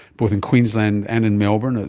both in queensland and in melbourne,